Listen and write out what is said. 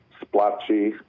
splotchy